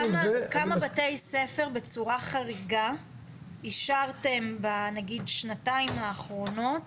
כמה בתי-ספר בצורה חריגה אישרתם בנגיד שנתיים האחרונות